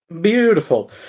Beautiful